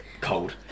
cold